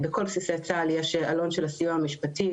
בכל בסיסי צה"ל יש עלון של הסיוע המשפטי.